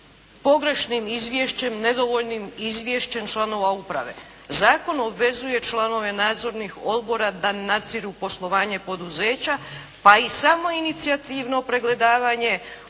pogrešnim izvješćem, nedovoljnim izvješćem članova uprave. Zakon obvezuje članove nadzornih odbora da nadziru poslovanje poduzeća, pa i samoinicijativno pregledavanje